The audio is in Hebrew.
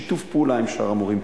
שיתוף פעולה עם שאר המורים,